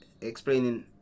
explaining